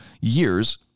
years